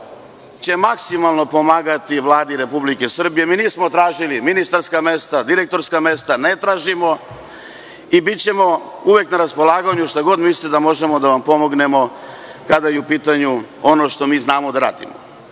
će maksimalno pomagati Vladi RS. Mi nismo tražili ministarska mesta, direktorska mesta ne tražimo i bićemo uvek na raspolaganju, šta god mislite da možemo da vam pomognemo kada je upitanju ono što mi znamo da radimo. Želim